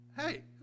hey